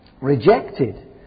rejected